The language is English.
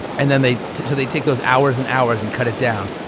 and then they so they take those hours and hours and cut it down.